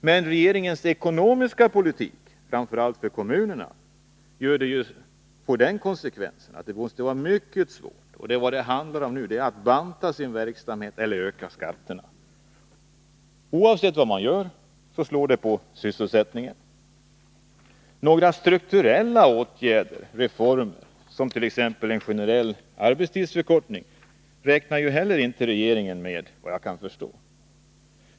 Men regeringens ekonomiska politik, framför allt i vad gäller kommunerna, får konsekvensen att det blir mycket svårt att öka antalet arbetstillfällen. Det handlar ju nu för kommunerna om att banta verksamheten eller öka skatterna. Oavsett vad man gör slår det på sysselsättningen. Regeringen räknar inte heller med några strukturella åtgärder eller reformer — såsom t.ex. en generell arbetstidsförkortning, vad jag kan förstå.